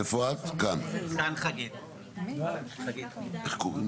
התחלתי עם